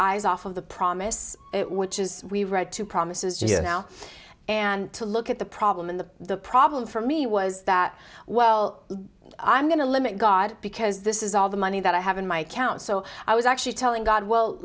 eyes off of the promise which is we read two promises just now and to look at the problem in the problem for me was that well i'm going to limit god because this is all the money that i have in my account so i was actually telling god well